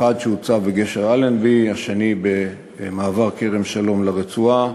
אחד שהוצב בגשר אלנבי והשני במעבר כרם-שלום לרצועה.